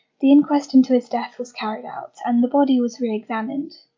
the inquest into his death was carried out, and the body was re-examined.